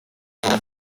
hamwe